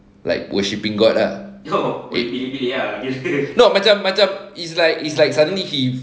like worshipping god ah no macam macam it's like it's like suddenly he